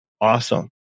awesome